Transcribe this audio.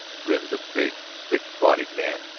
grinned the big, thick-bodied man.